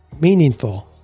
meaningful